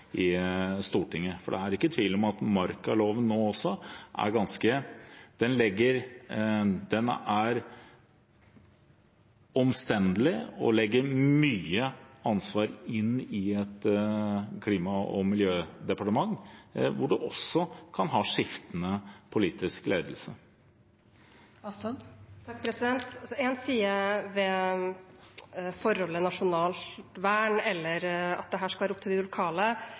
i Stortinget. Det er ikke tvil om at markaloven også er ganske omstendelig og legger mye ansvar til Klima- og miljødepartementet, som også kan ha skiftende politisk ledelse. En side ved forholdet nasjonalt vern eller at dette skal være opp til de lokale,